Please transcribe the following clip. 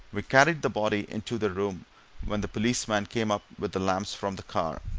we carried the body into the room when the policeman came up with the lamps from the car,